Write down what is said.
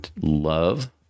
love